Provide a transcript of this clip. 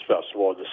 Festival